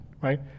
Right